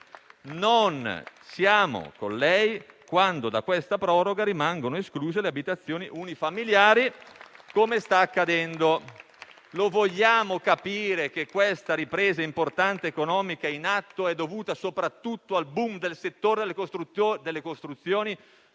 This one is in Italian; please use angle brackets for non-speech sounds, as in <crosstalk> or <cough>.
Non siamo con lei quando da questa proroga rimangono escluse le abitazioni unifamiliari, come sta accadendo. <applause> Vogliamo capire che l'importante ripresa economica in atto è dovuta soprattutto al *boom* del settore delle costruzioni conseguente